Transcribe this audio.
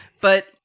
But-